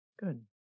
Good